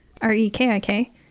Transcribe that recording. R-E-K-I-K